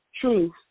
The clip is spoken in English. Truth